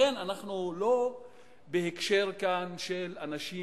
לכן אנחנו כאן לא בהקשר של אנשים